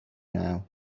now